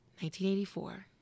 1984